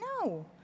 No